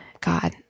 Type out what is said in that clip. God